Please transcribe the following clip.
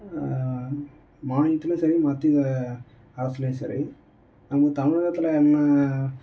மாநிலத்துலையும் சரி மத்திய அரசுலையும் சரி அங்கு தமிழகத்தில் என்ன